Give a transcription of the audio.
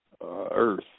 Earth